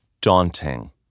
daunting